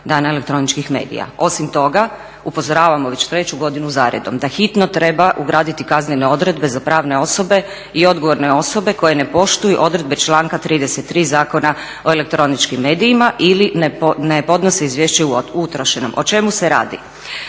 … elektroničkih medija. Osim toga, upozoravamo već 3. godinu za redom da hitno treba ugraditi kaznene odredbe za pravne osobe i odgovorne osobe koje ne poštuju odredbe članka 33. Zakona o elektroničkim medijima ili ne podnosi izvješće o utrošenom. O čemu se radi?